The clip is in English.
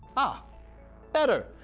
ah better,